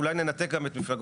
אולי ננתק גם את מפלגות,